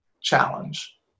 challenge